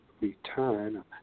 return